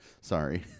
Sorry